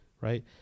right